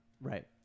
Right